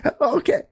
okay